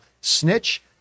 Snitch